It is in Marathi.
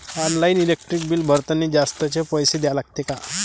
ऑनलाईन इलेक्ट्रिक बिल भरतानी जास्तचे पैसे द्या लागते का?